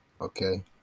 Okay